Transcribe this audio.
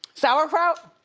sauerkraut.